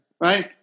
Right